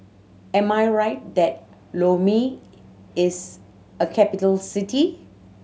am I right that Lome is a capital city